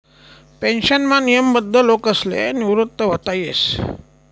पेन्शनमा नियमबद्ध लोकसले निवृत व्हता येस